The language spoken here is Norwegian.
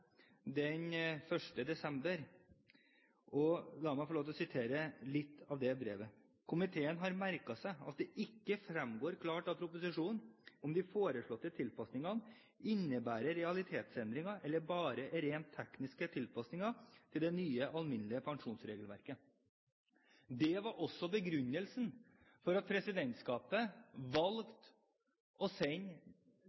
den 1. desember i år, der det står at man har merket seg at det ikke fremgår klart av proposisjonen om de foreslåtte tilpasningene innebærer realitetsendringer eller bare er rent tekniske tilpasninger til det nye alminnelige pensjonsregelverket. Det var også begrunnelsen for at presidentskapet